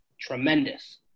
tremendous